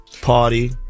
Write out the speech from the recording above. party